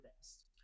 best